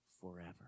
forever